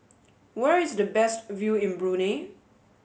where is the best view in Brunei